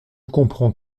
comprends